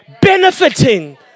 benefiting